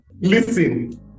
Listen